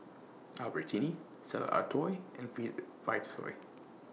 Albertini Stella Artois and Vitasoy